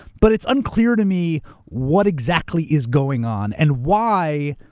but it's unclear to me what exactly is going on, and why,